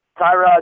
Tyrod